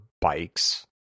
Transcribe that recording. bikes